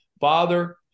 father